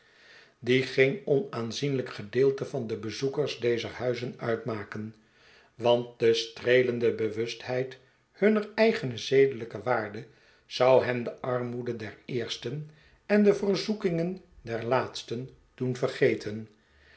die geen onaanzienlijk gedeelte van de bezoekers dezer huizen uitmaken want de streelende bewustheid hunner eigene zedelijke waarde zou hen de armoede der eersten en de verzoekingen der laatsten doen vergeten